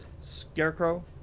scarecrow